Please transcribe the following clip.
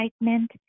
excitement